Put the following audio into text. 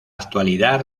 actualidad